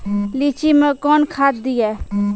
लीची मैं कौन खाद दिए?